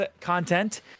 content